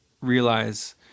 realize